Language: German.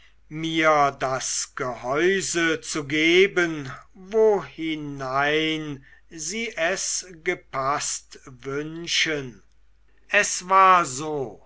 mir das gehäuse zu geben wohinein sie es gepaßt wünschen es war so